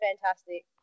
fantastic